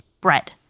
bread